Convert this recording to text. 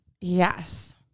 Yes